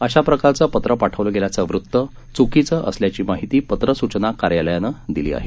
अशा प्रकारचं पत्र पाठवलं गेल्याचं वृत्त चुकीचं असल्याची माहिती पत्र सूचना कार्यालयानं दिली आहे